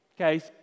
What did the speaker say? Okay